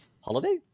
Holiday